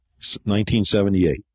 1978